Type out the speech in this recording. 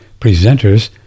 presenters